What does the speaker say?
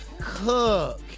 Cook